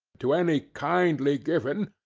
to any kindly given.